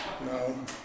No